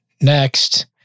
next